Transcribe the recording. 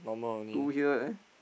two year eh